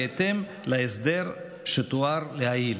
בהתאם להסדר שתואר לעיל.